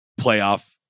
playoff